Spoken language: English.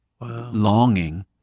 longing